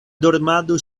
dormado